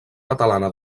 catalana